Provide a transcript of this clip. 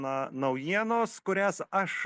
na naujienos kurias aš